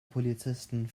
polizisten